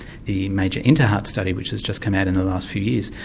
the major interheart study, which has just come out in the last few years,